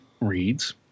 reads